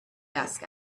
desk